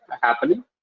happening